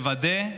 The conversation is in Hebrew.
לוודא,